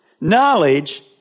knowledge